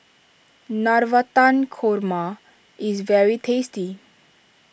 Navratan Korma is very tasty